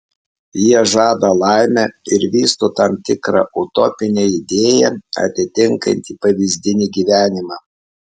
jie žada laimę ir vysto tam tikrą utopinę idėją atitinkantį pavyzdinį gyvenimą